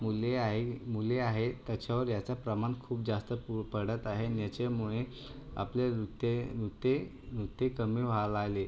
मुले आहे मुले आहेत त्याच्यावर याचा प्रमाण खूप जास्त पु पडत आहे याच्यामुळे आपल्या नृत्ये नृत्ये नृत्ये कमी व्हायला लागले